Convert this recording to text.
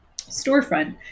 storefront